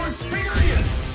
Experience